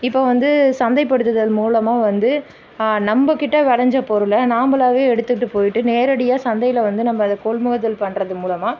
இப்போ வந்து சந்தைப்படுத்துதல் மூலமாக வந்து நம்பகிட்ட விளஞ்ச பொருளை நாம்பளாகவே எடுத்துகிட்டு போயிவிட்டு நேரடியாக சந்தையில் வந்து நம்ப அதை கொள்முதல் பண்ணுறது மூலமாக